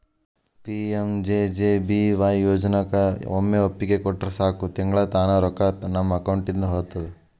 PMJJBY ಯೋಜನಾಕ ಒಮ್ಮೆ ಒಪ್ಪಿಗೆ ಕೊಟ್ರ ಸಾಕು ತಿಂಗಳಾ ತಾನ ರೊಕ್ಕಾ ನಮ್ಮ ಅಕೌಂಟಿದ ಹೋಗ್ತದ